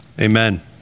Amen